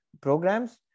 programs